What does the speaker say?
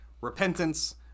repentance